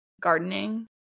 gardening